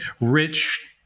rich